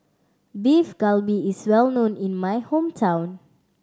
Beef Galbi is well known in my hometown